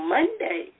Monday